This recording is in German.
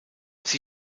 sie